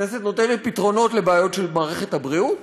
הכנסת נותנת פתרונות לבעיות של מערכת הבריאות?